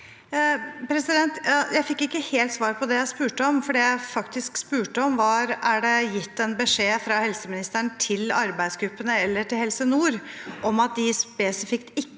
Jeg fikk ikke helt svar på det jeg spurte om. Det jeg faktisk spurte om, var: Er det gitt en beskjed fra helseministeren til arbeidsgruppene eller til Helse nord om at de spesifikt ikke